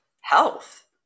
health